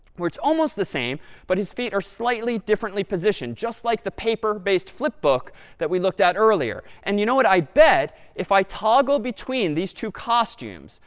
where it's almost the same but his feet are slightly differently positioned? just like the paper based flipbook that we looked at earlier. and you know what? i bet if i toggle between these two costumes,